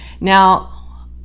Now